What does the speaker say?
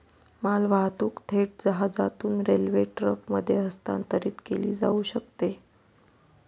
मालवाहतूक थेट जहाजातून रेल्वे ट्रकमध्ये हस्तांतरित केली जाऊ शकते